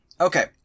Okay